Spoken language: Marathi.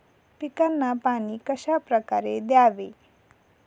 पिकांना पाणी कशाप्रकारे द्यावे?